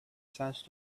sense